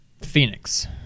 phoenix